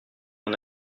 mon